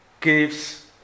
gives